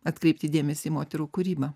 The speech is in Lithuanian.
atkreipti dėmesį į moterų kūrybą